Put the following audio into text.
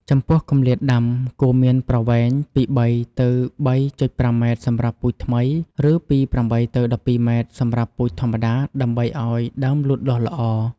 ចំពោះគម្លាតដាំ គួរមានប្រវែងពី ៣ ទៅ ៣.៥ ម៉ែត្រសម្រាប់ពូជថ្មី ឬពី ៨ ទៅ ១២ ម៉ែត្រសម្រាប់ពូជធម្មតាដើម្បីឲ្យដើមលូតលាស់ល្អ។